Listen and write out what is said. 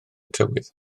tywydd